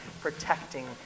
protecting